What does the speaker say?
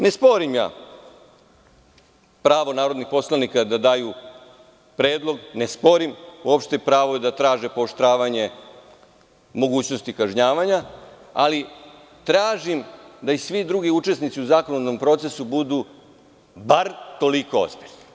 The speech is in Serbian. Ne sporim ja pravo narodnih poslanika da daju predlog, ne sporim pravo da traže pooštravanje mogućnosti kažnjavanja, ali tražim da i svi drugi učesnici u zakonodavnom procesu budu bar toliko ozbiljni.